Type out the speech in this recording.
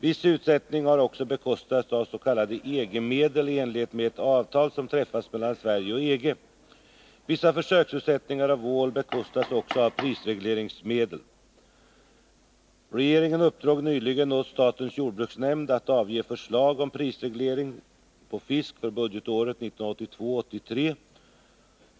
Viss utsättning har också bekostats av s.k. EG-medeli enlighet med ett avtal som träffats mellan Sverige och EG. Vissa försöksutsättningar av ål bekostas också med prisregleringsmedel. Regeringen uppdrog nyligen åt statens jordbruksnämnd att avge förslag om prisreglering på fisk för budgetåret 1982/83.